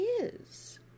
is